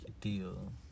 deal